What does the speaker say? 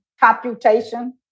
computation